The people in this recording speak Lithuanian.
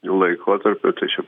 laikotarpiu tai čia